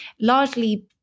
largely